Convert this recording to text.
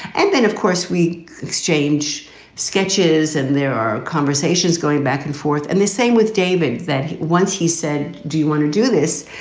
and then, of course, we exchange sketches and there are conversations going back and forth. and this same with david that once he said, do you want to do this?